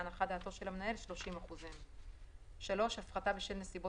להנחת דעתו של המנהל 30%. הפחת בשל3.